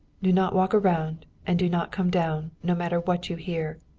do not walk round. and do not come down, no matter what you hear!